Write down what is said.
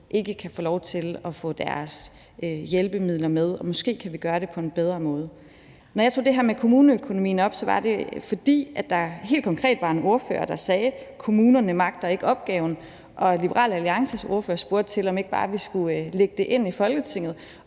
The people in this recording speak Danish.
ikke kan få lov til at få deres hjælpemidler med. Og måske kan vi gøre det på en bedre måde. Når jeg tog det her med kommuneøkonomien op, var det, fordi der helt konkret var en ordfører, der sagde: Kommunerne magter ikke opgaven. Og Liberal Alliances ordfører spurgte til, om vi ikke bare skulle lægge det ind i Folketinget.